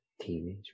Teenage